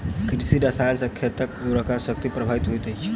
कृषि रसायन सॅ खेतक उर्वरा शक्ति प्रभावित होइत अछि